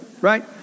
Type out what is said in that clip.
right